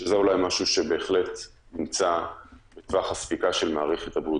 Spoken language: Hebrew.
שזה אולי משהו שנמצא בטווח הספיקה של מערכת הבריאות,